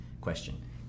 question